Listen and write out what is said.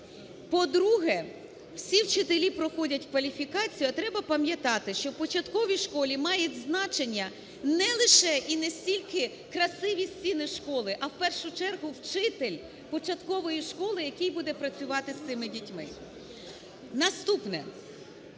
по-друге, всі вчителі проходять кваліфікацію, а треба пам'ятати, що у початковій школі мають значення не лише і не стільки красиві стіни школи, а в першу чергу, вчитель початкової школи, який буде працювати з цими дітьми. Наступне: